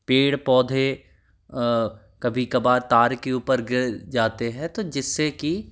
पेड़ पौधे कभी कभार तार के ऊपर गिर जाते हैं तो जिस से कि